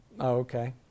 Okay